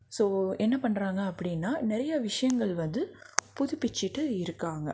so என்ன பண்ணுறாங்க அப்படின்னா நிறைய விஷயங்கள் வந்து புதுப்பிச்சிட்டு இருக்காங்கள்